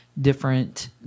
different